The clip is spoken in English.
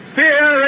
fear